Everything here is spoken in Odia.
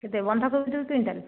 କେତେ ବନ୍ଧା କୋବି ଦୁଇ କୁଇଣ୍ଟାଲ